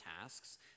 tasks